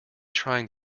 trying